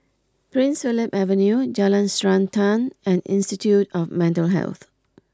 Prince Philip Avenue Jalan Srantan and Institute of Mental Health